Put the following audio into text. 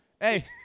Hey